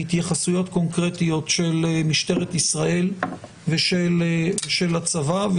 התייחסויות קונקרטיות של משטרת ישראל ושל הצבא,